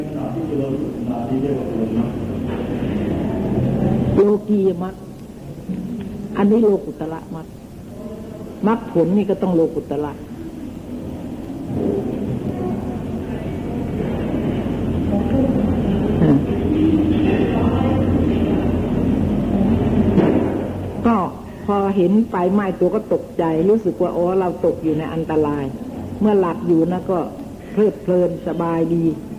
ที่เจริญสมาธิเรียกว่าผลมักโลกีมัก อันนี้โลกุตระมัก มักผลนี่ก็ต้องโลกุตระ ฮะ ก็พอเห็นไฟไหม้ตัวก็ตกใจรู้สึกว่าโอ้เราตกอยู่ในอันตราย เมื่อหลับอยู่นะก็เพลิดเพลินสบายดี